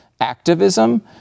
activism